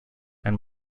and